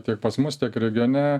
tiek pas mus tiek regione